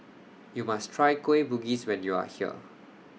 YOU must Try Kueh Bugis when YOU Are here